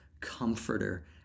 comforter